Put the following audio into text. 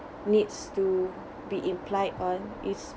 needs to be implied on is